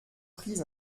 pris